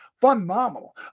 phenomenal